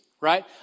right